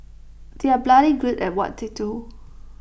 they are bloody good at what they do